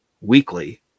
weekly